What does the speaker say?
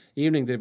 evening